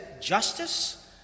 justice